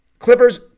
Clippers